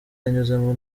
yanyuzemo